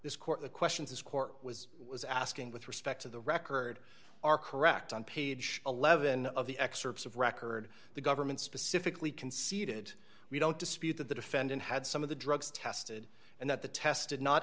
this court the questions this court was was asking with respect to the record are correct on page eleven of the excerpts of record the government specifically conceded we don't dispute that the defendant had some of the drugs tested and that the te